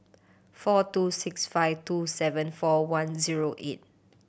four two six five two seven four one zero eight